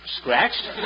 scratched